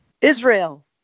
Israel